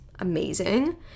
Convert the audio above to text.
amazing